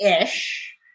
ish